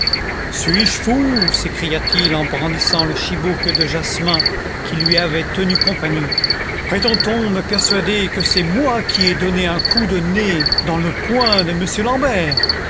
suis-je un fou s'écria-t-il en brandissant le chibouk de jasmin qui lui avait tenu compagnie prétend on me persuader que c'est moi qui ai donné un coup de nez dans le poing de m l'ambert